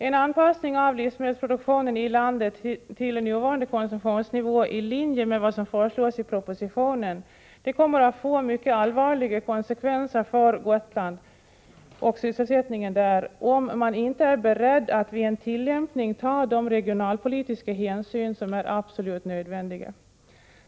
En anpassning av livsmedelsproduktionen i landet till nuvarande konsumtionsnivå, i linje med vad som föreslås i propositionen, kommer att få mycket allvarliga konsekvenser för sysselsättningen på Gotland, om man inte är beredd att vid en tillämpning ta de regionalpolitiska hänsyn som är absolut nödvändiga.